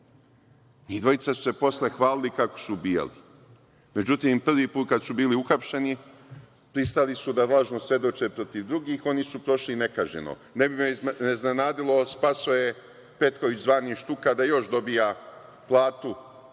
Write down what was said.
dvojica su se posle hvalili kako su ubijali. Međutim, prvi put kada su bili uhapšeni pristali su da lažno svedoče protiv drugih, oni su prošli nekažnjeno. Ne bi me iznenadilo Spasoje Petković zvani Štuka da još dobija platu